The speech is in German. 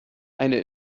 eine